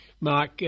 Mark